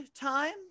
time